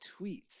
tweets